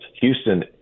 Houston